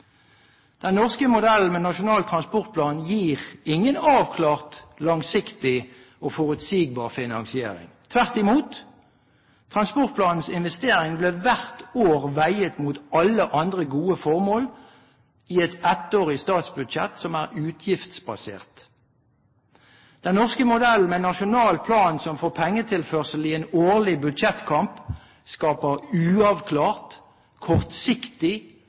Den norske modellen med Nasjonal transportplan gir ingen avklart, langsiktig og forutsigbar finansiering – tvert imot. Transportplanens investeringer blir hvert år veid mot alle andre gode formål i et ettårig statsbudsjett som er utgiftsbasert. Den norske modellen med nasjonal plan som får pengetilførsel i en årlig budsjettkamp, skaper uavklart, kortsiktig